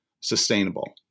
sustainable